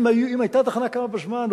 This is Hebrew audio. אם היתה התחנה קמה בזמן,